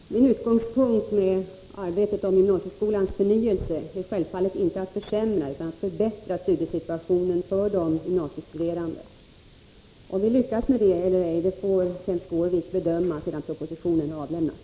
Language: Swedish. Herr talman! Min utgångspunkt med arbetet i fråga om gymnasieskolans förnyelse är självfallet inte att försämra utan att förbättra studiesituationen för de gymnasiestuderande. Om vi lyckas med det eller ej får Kenth Skårvik bedöma sedan propositionen har avlämnats.